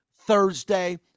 Thursday